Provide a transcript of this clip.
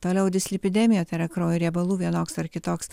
toliau dislipidemija tai yra kraujo riebalų vienoks ar kitoks